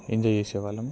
enjoy చేసేవాళ్ళము